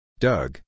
Doug